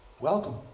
Welcome